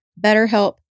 BetterHelp